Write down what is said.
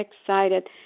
excited